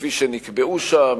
כפי שנקבעו שם,